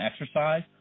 exercise